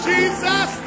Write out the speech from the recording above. Jesus